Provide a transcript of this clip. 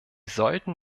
sollten